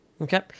Okay